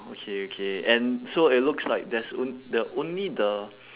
okay okay and so it looks like there's on~ the only the